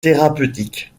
thérapeutique